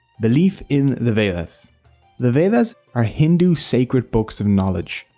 belief in the vedas the vedas are hindu sacred books of knowledge.